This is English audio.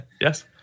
yes